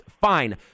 fine